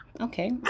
Okay